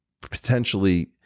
potentially